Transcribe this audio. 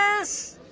ah yes